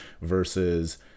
versus